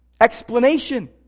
explanation